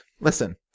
Listen